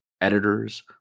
Editors